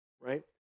right